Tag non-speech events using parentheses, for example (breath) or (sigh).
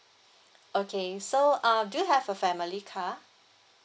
(breath) okay so uh do you have a family car